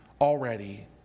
already